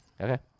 okay